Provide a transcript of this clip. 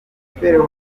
imibereho